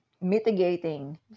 mitigating